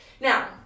Now